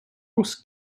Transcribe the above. was